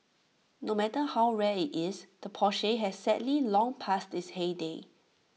no matter how rare IT is the Porsche has sadly long passed its heyday